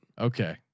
Okay